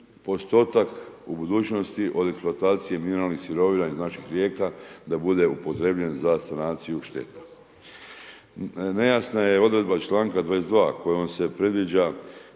postotak u budućnosti od eksploatacije mineralnih sirovina iz naših rijeka da bude upotrjebljen za sanaciju šteta. Nejasna je odredba članka 22. kojom se predviđa